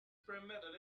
permitted